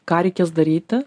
ką reikės daryti